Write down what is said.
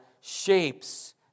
shapes